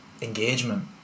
engagement